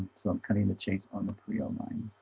so i'm cutting the chase on the prio line,